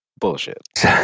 Bullshit